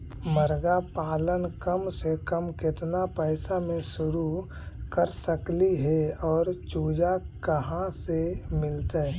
मरगा पालन कम से कम केतना पैसा में शुरू कर सकली हे और चुजा कहा से मिलतै?